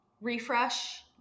refresh